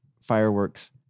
fireworks